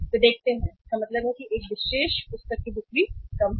वे देखते हैं कि इसका मतलब है कि एक विशेष पुस्तक की बिक्री कम है